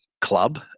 club